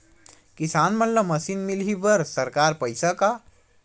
किसान मन ला मशीन मिलही बर सरकार पईसा का?